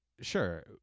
sure